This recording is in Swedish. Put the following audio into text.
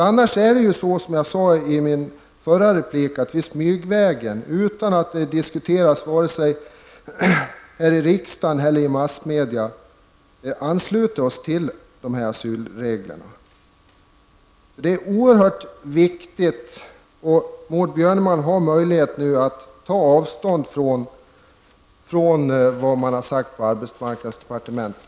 Annars är det ju risk för, som jag sade i min förra replik, att Sverige smygvägen, utan att det diskuteras vare sig här i riksdagen eller i massmedia, ansluter sig till EGs asylregler. Det är oerhört viktigt att få ett klarläggande, och Maud Björnemalm har möjlighet nu att ta avstånd från vad som har sagts från arbetsmarknadsdepartementet.